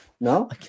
no